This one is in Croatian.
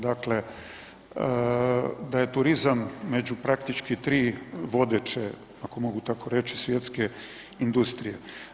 Dakle, da je turizam među praktički 3 vodeće, ako mogu tako reći, svjetske industrije.